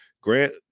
Grant